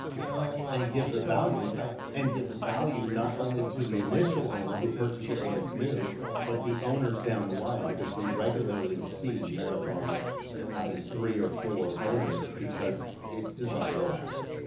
you know. and give the value but and give the value not only to the initial owner who purchased it when it's new but the owners down the line. because we regularly see marathons having three or four owners, because it's designed to last.